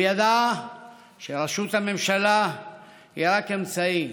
הוא ידע שראשות הממשלה היא רק אמצעי,